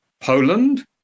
Poland